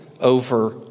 over